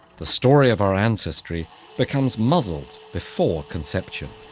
the story of our ancestry becomes muddled before conception.